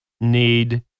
need